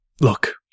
Look